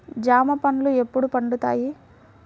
జామ పండ్లు ఎప్పుడు పండుతాయి?